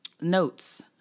notes